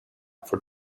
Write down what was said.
for